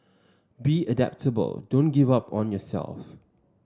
be adaptable don't give up on yourself